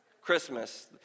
Christmas